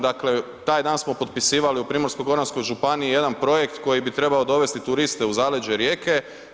Dakle taj dan smo potpisivali u Primorsko-goranskoj županiji jedan projekt koji bi trebao dovesti turiste u zaleđe Rijeke.